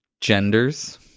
Genders